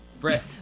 Brett